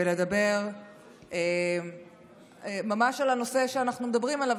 ולדבר ממש על הנושא שאנחנו מדברים עליו